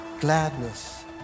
Gladness